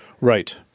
Right